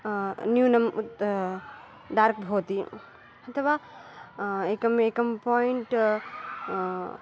न्यूनं डार्क् भवति अथवा एकम् एकं पायिण्ट्